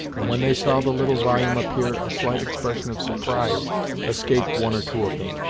and when they saw the little volume appear a slight expression of surprise escaped one or two of them.